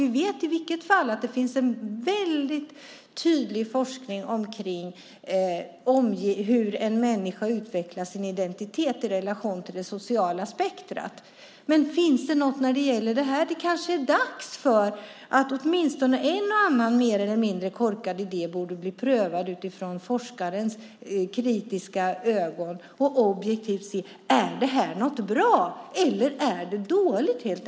Vi vet i vilket fall som helst att det finns en tydlig forskning om hur en människa utvecklar sin identitet i relation till det sociala spektrumet. Men finns det något när det gäller det här? Det kanske är dags för att åtminstone en eller annan mer eller mindre korkad idé prövas utifrån forskarens kritiska ögon. Då kan man objektivt se om det här är någonting bra eller om det helt enkelt är dåligt.